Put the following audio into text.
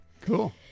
cool